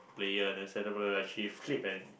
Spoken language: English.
player and then center player will actually flip and